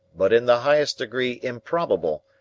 but in the highest degree improbable,